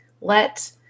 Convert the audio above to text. let